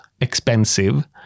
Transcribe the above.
expensive